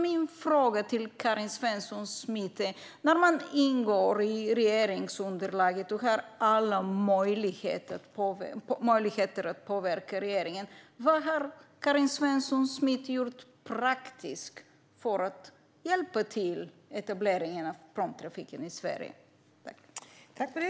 Min fråga till Karin Svensson Smith är: Ert parti ingår i regeringsunderlaget och har alla möjligheter att påverka regeringen - vad har Karin Svensson Smith gjort praktiskt för att hjälpa etableringen av pråmtrafik i Sverige?